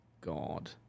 God